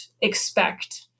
expect